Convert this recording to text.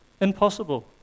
Impossible